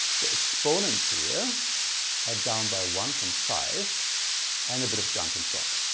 the exponents here are down by one from five and a bit of junk in front.